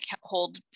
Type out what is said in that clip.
hold